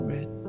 Red